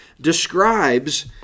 describes